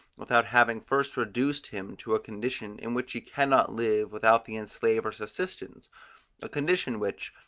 without having first reduced him to a condition in which he can not live without the enslaver's assistance a condition which,